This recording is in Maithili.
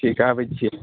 ठीक आबै छियै